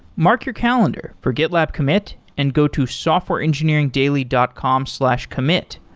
mark your calendar for gitlab commit and go to softwareengineeringdaily dot com slash commit.